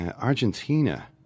Argentina